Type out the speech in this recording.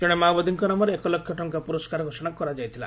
ଜଣେ ମାଓବାଦୀଙ୍କ ନାମରେ ଏକ ଲକ୍ଷ ଟଙ୍କା ପୁରସ୍କାର ଘୋଷଣା କରାଯାଇଥିଲା